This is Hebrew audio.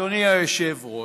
אדוני היושב-ראש,